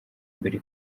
mbere